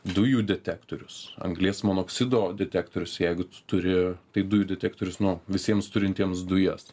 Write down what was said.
dujų detektorius anglies monoksido detektorius jeigu turi tai dujų detektorius nu visiems turintiems dujas